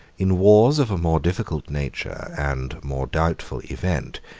in wars of a more difficult nature, and more doubtful event,